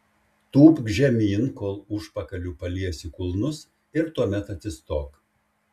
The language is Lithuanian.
tūpk žemyn kol užpakaliu paliesi kulnus ir tuomet atsistok